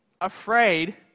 afraid